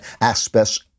aspects